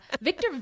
Victor